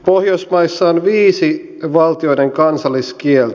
pohjoismaissa on viisi valtioiden kansalliskieltä